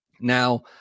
Now